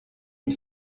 une